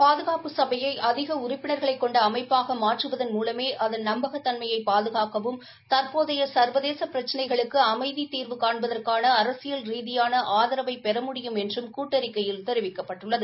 பாதுகாப்பு சபையை அதிக உறுப்பினர்களைக் கொண்ட அமைப்பாக மாற்றுவதன் மூலமே அதன் நம்பகத்தன்மையை பாதுகாக்கவும் தற்போதைய சர்வதேச பிரச்சினைகளுக்கு அமைதித் தீர்வு காண்பதற்கான அரசியல் ரீதியான ஆதரவை பெற முடியும் என்றும் கூட்டறிக்கையில் தெரிவிக்கப்பட்டுள்ளது